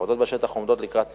העבודות בשטח עומדות לקראת סיום,